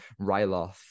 ryloth